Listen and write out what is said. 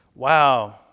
Wow